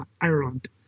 Ireland